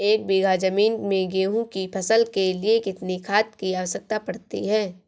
एक बीघा ज़मीन में गेहूँ की फसल के लिए कितनी खाद की आवश्यकता पड़ती है?